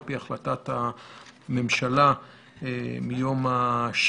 על פי החלטת הממשלה מיום 6 במאי